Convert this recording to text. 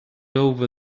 over